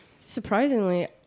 Surprisingly